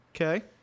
Okay